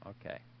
Okay